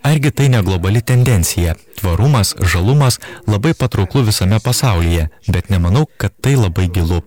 argi tai ne globali tendencija tvarumas žalumas labai patrauklu visame pasaulyje bet nemanau kad tai labai gilu